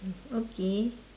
okay